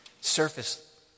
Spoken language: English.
surface